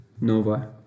Nova